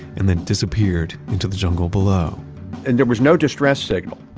and then disappeared into the jungle below and there was no distress signal,